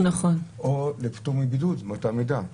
או לפטור מבידוד באותה מידה.